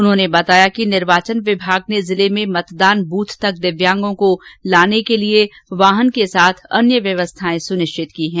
उन्होंने बताया कि निर्वाचन विभाग ने जिले में मतदान बूथ तक दिव्यांगों को लाने के लिए वाहन के साथ अन्य व्यवस्थाएं सुनिश्चित की हैं